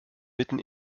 mitten